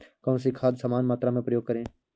कौन सी खाद समान मात्रा में प्रयोग करें?